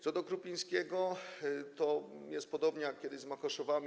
Co do Krupińskiego to tam jest podobnie jak kiedyś z Makoszowami.